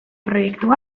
proiektu